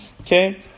Okay